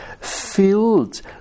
Filled